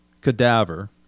cadaver